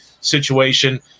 situation